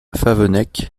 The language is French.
favennec